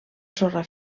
sorra